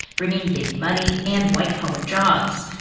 bringing big money and white-collar jobs.